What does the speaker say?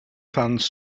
funds